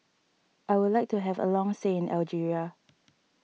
I would like to have a long stay in Algeria